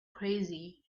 crazy